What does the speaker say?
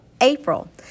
April